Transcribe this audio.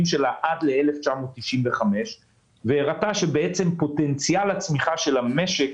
שלה עד ל-1995 והראתה שפוטנציאל הצמיחה של המשק